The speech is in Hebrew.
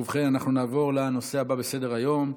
ובכן, נעבור לנושא הבא בסדר-היום,